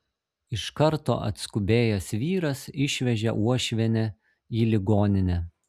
iš karto atskubėjęs vyras išvežė uošvienę į ligoninę